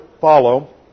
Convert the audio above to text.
follow